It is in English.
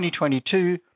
2022